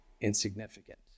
insignificant